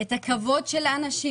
את הכבוד של האנשים.